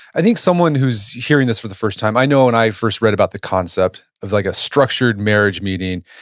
i think someone who's hearing this for the first time, i know when i first read about the concept of like a structured marriage meeting,